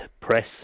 press